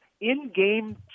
in-game